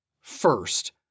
First